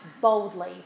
boldly